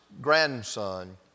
grandson